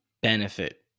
benefit